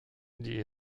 die